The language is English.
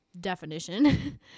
definition